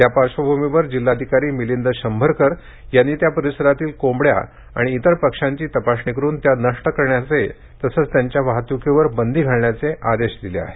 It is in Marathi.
त्या पार्श्वभूमीवर जिल्हाधिकारी मिलिद शंभरकर यांनी त्या परिसरातील कोंबड्या आणि इतर पक्षांची तपासणी करुन त्या नष्ट करण्याचे तसेच त्यांच्या वाहतुकीवर बंदी घालण्याचे आदेश दिले आहेत